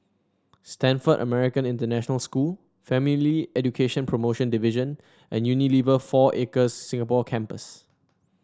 Stamford American International School Family Education Promotion Division and Unilever Four Acres Singapore Campus